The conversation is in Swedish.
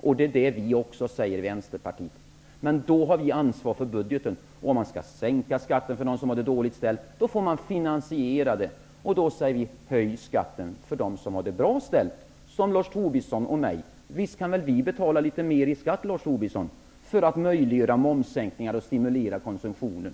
Så vill vi också göra i Vänsterpartiet. Men vi har ansvar för budgeten, och om man skall sänka skatterna för dem som har det dåligt ställt, får man finansiera det, och vi säger: Höj skatten för dem som har det bra ställt, som Lars Tobisson och jag! Visst kan vi betala litet mer i skatt, Lars Tobisson, för att möjliggöra momssänkningar och stimulera konsumtionen.